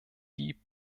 die